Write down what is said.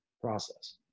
process